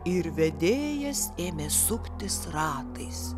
ir vedėjas ėmė suktis ratais